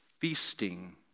feasting